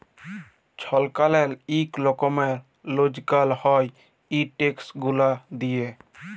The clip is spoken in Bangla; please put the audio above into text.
ছরকারের ইক রকমের রজগার হ্যয় ই ট্যাক্স গুলা দিঁয়ে